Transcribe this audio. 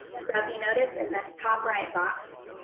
so if you notice in this top right box.